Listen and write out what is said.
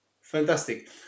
fantastic